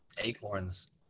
acorns